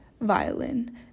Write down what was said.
violin